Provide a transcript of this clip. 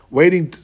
waiting